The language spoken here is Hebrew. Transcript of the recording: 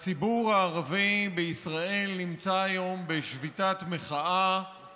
הצעות לסדר-היום מס' 9972 ו-9973,